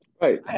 Right